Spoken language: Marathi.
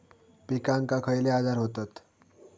पिकांक खयले आजार व्हतत?